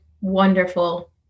wonderful